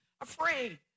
afraid